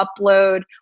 upload